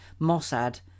Mossad